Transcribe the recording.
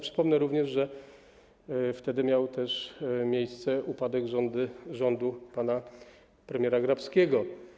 Przypomnę również, że wtedy miał też miejsce upadek rządu pana premiera Grabskiego.